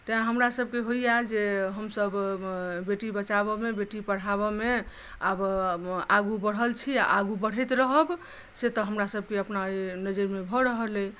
तैं हमरासभके होइया जे हमसभ बेटी बचाबऽ मे बेटी पढ़ाबऽ मे आगू बढ़ल छी आ आगू बढ़ैत रहब से तऽ हमरासभक अपना नजरमे भऽ रहल अछि